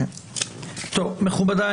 מכובדיי,